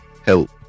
help